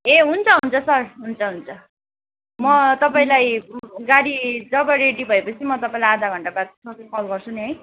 ए हुन्छ हुन्छ सर हुन्छ हुन्छ म तपाईँलाई गाडी जब रेडी भएपछि म तपाईँलाई आधा घन्टाबादमा कल गर्छु नि है